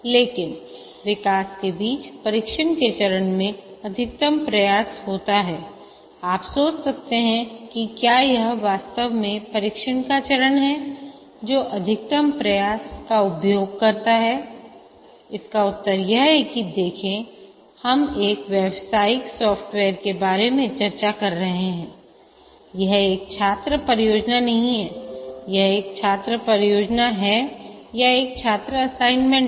लेकिन विकास के बीच परीक्षण के चरण में अधिकतम प्रयास होता है आप सोच सकते हैं कि क्या यह वास्तव में परीक्षण का चरण है जो अधिकतम प्रयास का उपभोग करता हैइसका उत्तर यह है कि देखें कि हम एक व्यावसायिक सॉफ्टवेयर के बारे में चर्चा कर रहे हैं यह एक छात्र परियोजना नहीं है एक छात्र परियोजना है या एक छात्र असाइनमेंट है